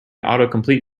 autocomplete